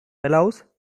allows